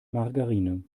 margarine